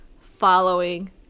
following